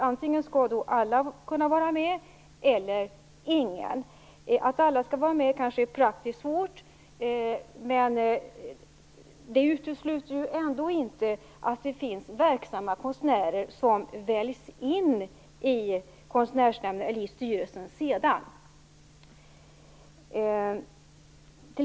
Antingen skall alla kunna vara med, eller ingen. Det är kanske praktiskt svårt att alla skall vara med, men det utesluter ändå inte att det finns verksamma konstnärer som väljs in i Konstnärsnämnden eller i styrelsen sedan.